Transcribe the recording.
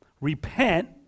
repent